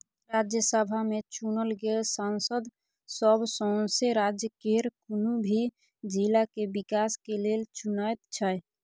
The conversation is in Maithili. राज्यसभा में चुनल गेल सांसद सब सौसें राज्य केर कुनु भी जिला के विकास के लेल चुनैत छै